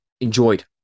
enjoyed